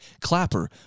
Clapper